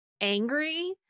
angry